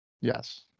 Yes